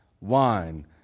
wine